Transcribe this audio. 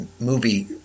movie